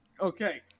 Okay